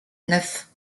neuf